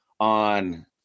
on